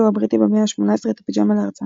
הבריטים במאה ה-18 את הפיג'מה לארצם.